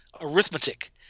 arithmetic